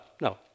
no